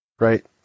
Right